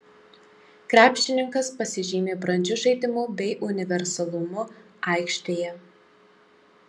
krepšininkas pasižymi brandžiu žaidimu bei universalumu aikštėje